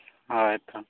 ᱦᱳᱭ ᱛᱚ